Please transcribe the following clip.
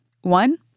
One